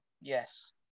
yes